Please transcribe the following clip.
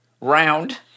round